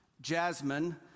Jasmine